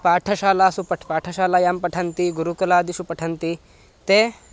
पाठशालासु पठ पाठशालायां पठन्ति गुरुकलादिषु पठन्ति ते